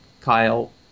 Kyle